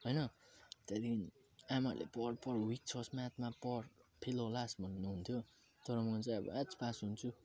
हैन त्यहाँदेखिन् आमाले पढ् पढ् विक छस् म्याथमा पढ् फेल होलास् भन्नुहुन्थ्यो तर म चाहिँ अब ह्याच पास हुन्छु